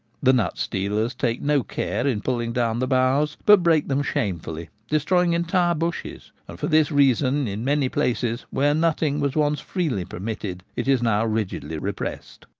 the nut stealers take no care in pulling down the boughs, but break them shamefully, destroying entire bushes and for this reason in many places, where nutting was once freely permitted, it is now rigidly repressed.